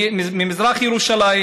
ממזרח ירושלים